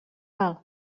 alt